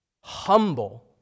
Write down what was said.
Humble